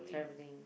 travelling